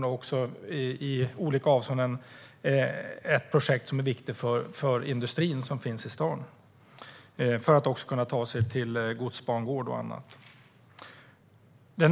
Det är också i olika avseenden ett projekt som är viktigt för den industri som finns i stan. Det handlar om att kunna ta sig till godsbangård och annat. Herr talman!